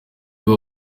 abo